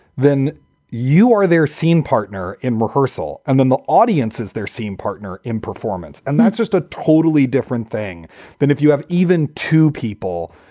then you are there, scene partner in rehearsal and then the audience is there, scene partner in performance. and that's just a totally different thing than if you have even two people,